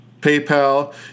PayPal